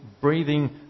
breathing